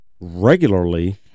regularly